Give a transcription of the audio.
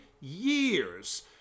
years